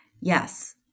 Yes